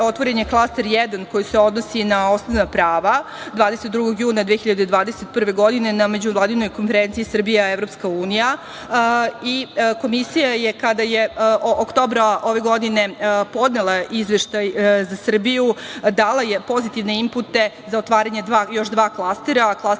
otvoren je klaster jedan, koji se odnosi na osnovna prava, 22. juna 2021. godine, na Međuvladinoj konferenciji "Srbija EU". Komisija je, kada je oktobra ove godine podnela Izveštaj za Srbiju, dala pozitivne inpute za otvaranje još dva klastera - klaster